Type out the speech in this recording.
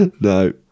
No